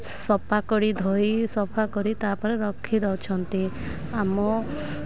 ସଫା କରି ଧୋଇ ସଫା କରି ତା'ପରେ ରଖି ଦେଉଛନ୍ତି ଆମ